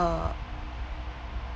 uh